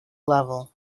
level